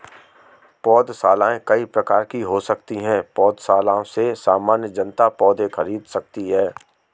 पौधशालाएँ कई प्रकार की हो सकती हैं पौधशालाओं से सामान्य जनता पौधे खरीद सकती है